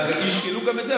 אז ישקלו גם את זה,